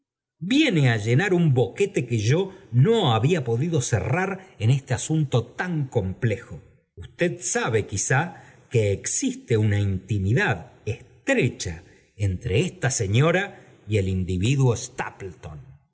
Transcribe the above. viene á llenar un boquete que yo no había podido cerrar en este asunto tan complejo usted sabe quizá que existe una intimidad estrecha entre esta señora y el individuo